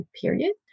period